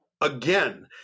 again